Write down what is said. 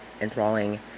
enthralling